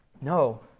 No